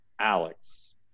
Alex